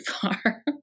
far